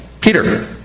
peter